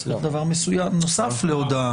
צריך דבר נוסף להודאה.